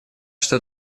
что